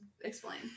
Explain